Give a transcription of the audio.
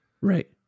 Right